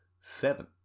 seven